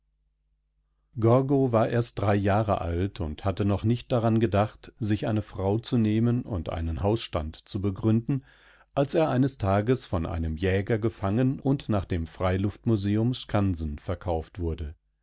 gorgo war erst drei jahre alt und hatte noch nicht daran gedacht sich eine frau zu nehmen und einen hausstand zu begründen als er eines tages von einemjägergefangenundnachdemfreiluftmuseumskansenverkauftwurde dort waren bereits zwei adler sie wurden